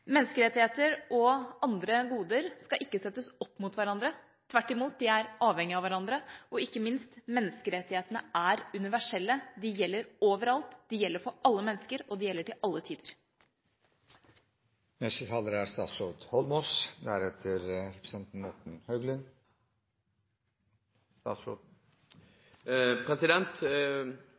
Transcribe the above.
Menneskerettigheter og andre goder skal ikke settes opp mot hverandre. De er tvert imot avhengige av hverandre, og – ikke minst – menneskerettighetene er universelle. De gjelder overalt. De gjelder for alle mennesker, og de gjelder til alle tider. Siden vi er